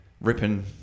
ripping